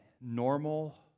normal